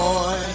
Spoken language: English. Boy